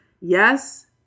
Yes